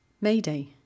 Mayday